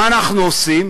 מה אנחנו עושים